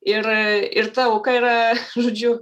ir ir ta auka yra žodžiu